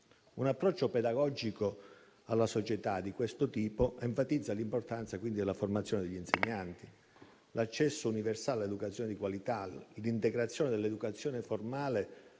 Un approccio pedagogico alla società di questo tipo enfatizza l'importanza della formazione degli insegnanti, l'accesso universale all'educazione di qualità, l'integrazione dell'educazione formale